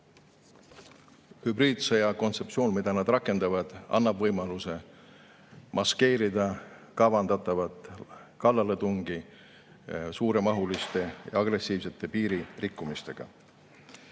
Hübriidsõja kontseptsioon, mida nad rakendavad, annab võimaluse maskeerida kavandatavat kallaletungi suuremahuliste ja agressiivsete piiririkkumistega.